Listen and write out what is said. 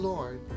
Lord